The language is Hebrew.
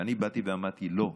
ואני אמרתי: לא,